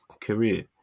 career